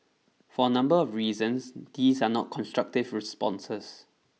for a number of reasons these are not constructive responses